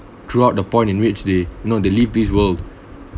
throughout the point in which they know they live this world